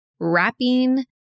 wrapping